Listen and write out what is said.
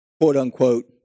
quote-unquote